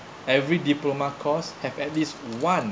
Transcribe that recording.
every diploma course have at least one